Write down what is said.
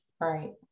right